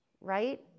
right